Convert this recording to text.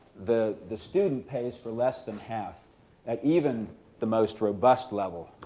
the the student pays for less than half at even the most robust level,